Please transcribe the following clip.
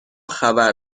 خبر